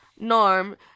Norm